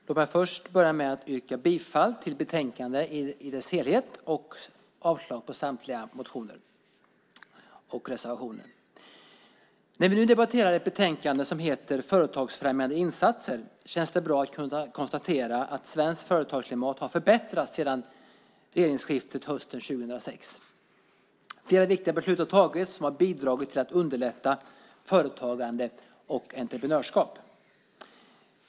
Fru talman! Först yrkar jag bifall till förslaget i utskottets betänkande och avslag på samtliga motioner och reservationer. När vi nu debatterar ett betänkande som heter Företagsfrämjande insatser känns det bra att kunna konstatera att svenskt företagsklimat har förbättrats sedan regeringsskiftet hösten 2006. Flera viktiga beslut har tagits som har bidragit till att underlätta för företagande och entreprenörskap.